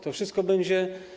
To wszystko będzie.